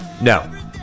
no